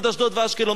עד אשדוד ואשקלון,